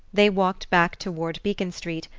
they walked back toward beacon street,